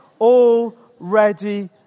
already